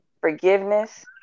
forgiveness